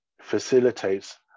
facilitates